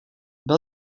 byl